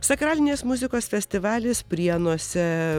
sakralinės muzikos festivalis prienuose